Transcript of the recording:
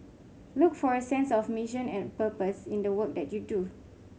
look for a sense of mission and purpose in the work that you do